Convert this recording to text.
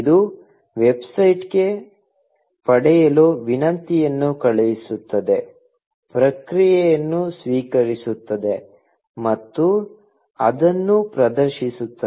ಇದು ವೆಬ್ಸೈಟ್ಗೆ ಪಡೆಯಲು ವಿನಂತಿಯನ್ನು ಕಳುಹಿಸುತ್ತದೆ ಪ್ರತಿಕ್ರಿಯೆಯನ್ನು ಸ್ವೀಕರಿಸುತ್ತದೆ ಮತ್ತು ಅದನ್ನು ಪ್ರದರ್ಶಿಸುತ್ತದೆ